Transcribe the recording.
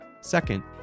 Second